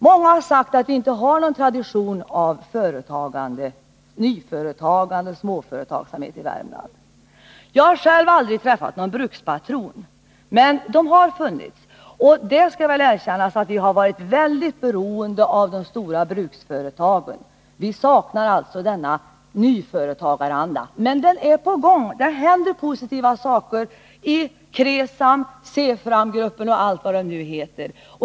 Många har sagt att vi inte har någon tradition av nyföretagande och småföretagsamhet i Värmland. Jag har själv aldrig träffat någon brukspatron, men de har funnits. Och det skall väl erkännas att vi har varit väldigt beroende av de stora bruksföretagen. Vi saknar alltså denna nyföretagaranda, men den är på gång. Det händer positiva saker i KRESAM, Se-fram-gruppen och allt vad de heter.